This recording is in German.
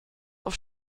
auf